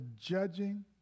judging